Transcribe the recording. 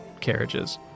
carriages